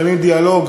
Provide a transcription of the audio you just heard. אייכלר,